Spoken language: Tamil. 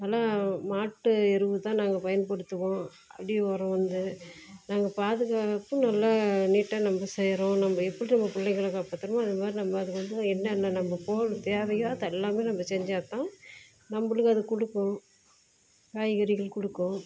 ஆனால் மாட்டு எருவு தான் நாங்க பயன்படுத்துவோம் அடி உரம் வந்து நாங்கள் பாதுகாத்து நல்லா நீட்டாக நம்ம செய்கிறோம் நம்ம எப்படி நம்ம பிள்ளைகள காப்பாத்துறோமோ அது மாதிரி நம்ம அது வந்து என்னான்னா நம்ப தேவையோ அது எல்லாமே நம்ம செஞ்சாத்தான் நம்பளுக்கு அது கொடுக்கும் காய்கறிகள் கொடுக்கும்